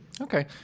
Okay